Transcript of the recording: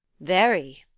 very!